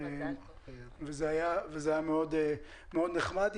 זה היה מאוד נחמד.